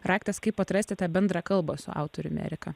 raktas kaip atrasti tą bendrą kalbą su autorium erika